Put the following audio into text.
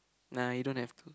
nah you don't have to